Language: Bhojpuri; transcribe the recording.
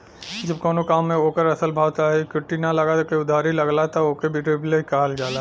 जब कउनो काम मे ओकर असल भाव चाहे इक्विटी ना लगा के उधारी लगला त ओके लीवरेज कहल जाला